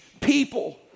people